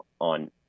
on